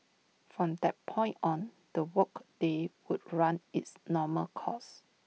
from that point on the work day would run its normal course